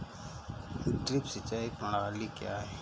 Drip सिंचाई प्रणाली क्या है?